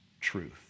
truth